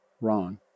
wrong